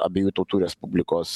abiejų tautų respublikos